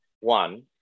One